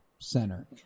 center